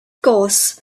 course